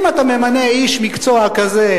אם אתה ממנה איש מקצוע כזה,